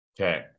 Okay